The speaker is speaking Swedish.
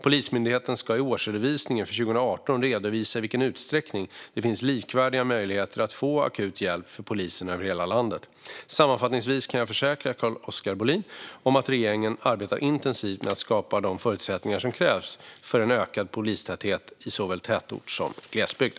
Polismyndigheten ska i årsredovisningen för 2018 redovisa i vilken utsträckning det finns likvärdiga möjligheter att få akut hjälp från polisen över hela landet. Sammanfattningsvis kan jag försäkra Carl-Oskar Bohlin om att regeringen arbetar intensivt med att skapa de förutsättningar som krävs för en ökad polistäthet i såväl tätort som glesbygd.